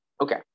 okay